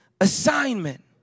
assignment